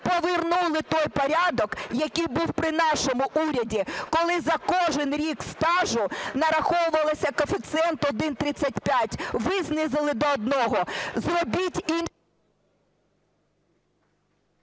повернули той порядок, який був при нашому уряді, коли за кожен рік стажу нараховувався коефіцієнт 1,35. Ви знизили до 1. Зробіть…